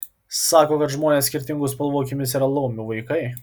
sako kad žmonės skirtingų spalvų akimis yra laumių vaikai